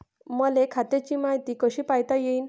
मले खात्याची मायती कशी पायता येईन?